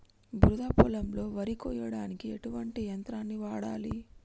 బురద పొలంలో వరి కొయ్యడానికి ఎటువంటి యంత్రాన్ని వాడాలి?